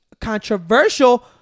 controversial